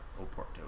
Oporto